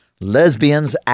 lesbians